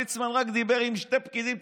ליצמן רק דיבר עם שני פקידים,